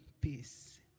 Peace